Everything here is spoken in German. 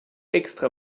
extra